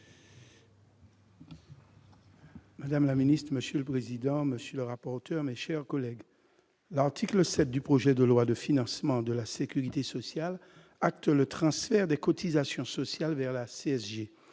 Madame la Ministre, Monsieur le président, monsieur le rapporteur, mes chers collègues, l'article 7 du projet de loi de financement de la Sécurité sociale, acte le transfert des cotisations sociales vers la CSG